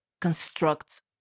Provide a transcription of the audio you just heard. construct